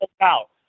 out